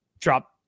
drop